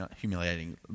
humiliating